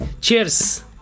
cheers